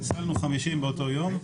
אצלנו 50 באותו יום,